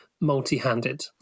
multi-handed